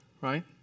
Right